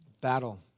battle